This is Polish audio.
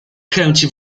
chęci